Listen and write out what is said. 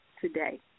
today